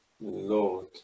lord